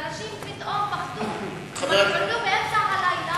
ואנשים פתאום פחדו באמצע הלילה,